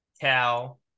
Cal